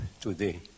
today